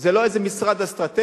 זה לא איזה משרד אסטרטגי,